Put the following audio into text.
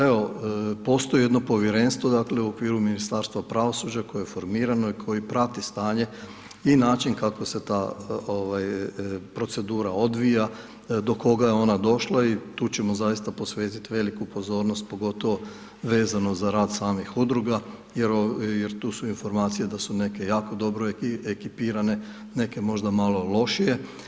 Evo, postoji jedno Povjerenstvo u okviru Ministarstva pravosuđa koje je formirano i koji prati stanje i način kako se ta procedura odvija, do koga je ona došla i tu ćemo zaista posvetit veliku pozornost, pogotovo vezano za rad samih Udruga jer tu su informacije da su neke jako dobro ekipirane, neke možda malo lošije.